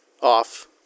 off